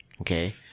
okay